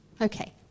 Okay